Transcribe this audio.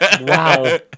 Wow